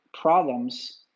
problems